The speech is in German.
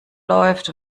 läuft